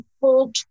full